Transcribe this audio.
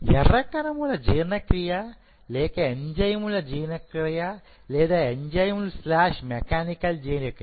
ఎర్ర కణముల జీర్ణక్రియ లేక ఎంజైముల జీర్ణక్రియ లేదా ఎంజైముల స్లాష్ మెకానికల్ జీర్ణక్రియ